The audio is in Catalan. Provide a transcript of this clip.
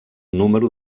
número